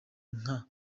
nka